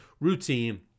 routine